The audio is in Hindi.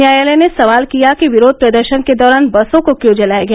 न्यायालय ने सवाल किया कि विरोध प्रदर्शन के दौरान बसों को क्यों जलाया गया